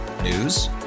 news